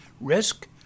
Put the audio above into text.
risk